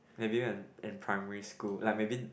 maybe in in primary school like maybe